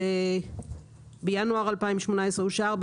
שבינואר 2018 אושר,